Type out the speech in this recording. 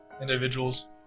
individuals